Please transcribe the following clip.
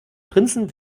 prinzen